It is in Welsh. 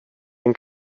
ein